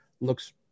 looks